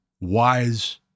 wise